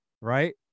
Right